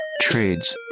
Trades